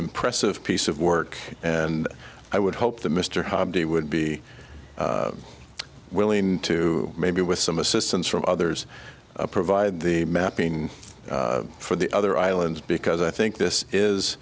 impressive piece of work and i would hope that mr hardy would be willing to maybe with some assistance from others provide the mapping for the other islands because i think this is